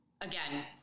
Again